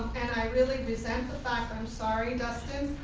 and i really resent the fact, i'm sorry dustin,